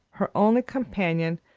her only companion,